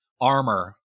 armor